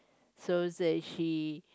so say she